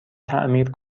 تعمیر